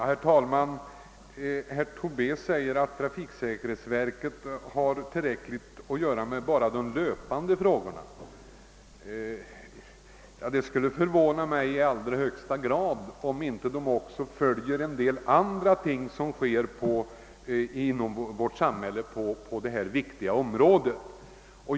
Herr talman! Herr Tobé säger att trafiksäkerhetsverket har tillräckligt att göra enbart med de löpande ärendena. Det skulle dock förvåna mig i allra högsta grad om man inte där också följer en del andra skeenden inom vårt samhälle på detta viktiga område.